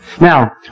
Now